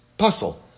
puzzle